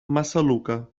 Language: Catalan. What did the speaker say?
massaluca